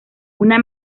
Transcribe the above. una